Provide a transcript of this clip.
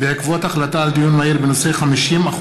בעקבות דיון מהיר בהצעתו של חבר הכנסת נחמן שי בנושא: 50%